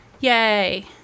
yay